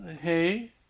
hey